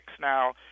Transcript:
now